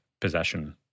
possession